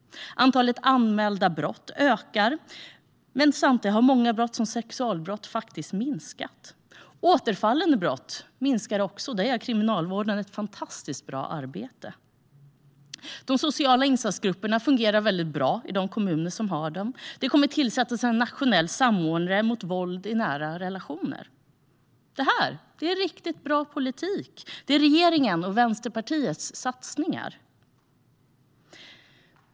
Antalet anmälda brott ökar. Samtidigt har många brott, till exempel sexualbrott, faktiskt minskat. Återfallen i brott minskar också. Där gör kriminalvården ett fantastiskt bra arbete. De sociala insatsgrupperna fungerar mycket bra i de kommuner som har sådana. Och det kommer att tillsättas en nationell samordnare mot våld i nära relationer. Detta är riktigt bra politik. Det är regeringens och Vänsterpartiets satsningar.